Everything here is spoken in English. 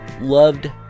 Loved